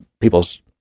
people's